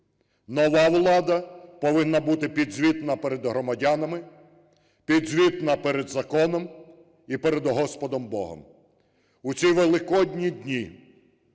Нова влада повинна бути підзвітна перед громадянами, підзвітна перед законом і перед Господом Богом. У ці великодні дні